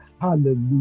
Hallelujah